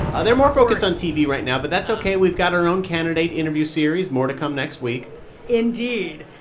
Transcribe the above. ah they're more focused on tv right now, but that's ok. we've got our own candidate interview series. more to come next week indeed.